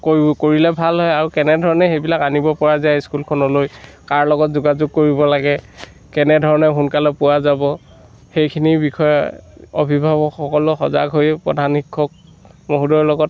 কৰি কৰিলে ভাল হয় আৰু কেনেধৰণে সেইবিলাক আনিব পৰা যায় স্কুলখনলৈ কাৰ লগত যোগাযোগ কৰিব লাগে কেনেধৰণে সোনকালে পোৱা যাব সেইখিনি বিষয়ে অভিভাৱকসকলক সজাগ হৈ প্ৰধান শিক্ষক মহোদয়ৰ লগত